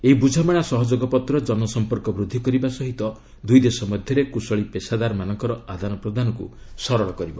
ଏହି ବୁଝାମଣା ସହଯୋଗ ପତ୍ର ଜନସମ୍ପର୍କ ବୃଦ୍ଧି କରିବା ସହିତ ଦୁଇ ଦେଶ ମଧ୍ୟରେ କୁଶଳୀ ପେସାଦାର ମାନଙ୍କର ଆଦାନ ପ୍ରଦାନକୁ ସରଳ କରିବ